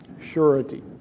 surety